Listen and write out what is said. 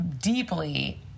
deeply